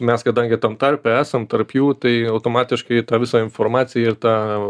mes kadangi tam tarpe esam tarp jų tai automatiškai ta visą informaciją ir tą